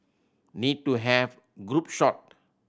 need to have group shot